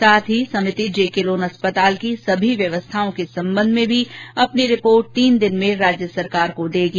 साथ ही समिति जेके लोन अस्पताल की सभी व्यवस्थाओं के संबंध में भी अपनी रिपोर्ट तीन दिन में राज्य सरकार को देगी